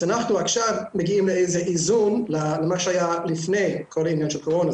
אז אנחנו עכשיו מגיעים לאיזה איזון למה שהיה לפני כל העניין של הקורונה,